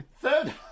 Third